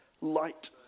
light